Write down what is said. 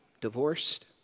divorced